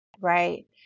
right